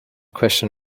question